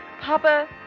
Papa